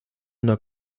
una